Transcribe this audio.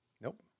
Nope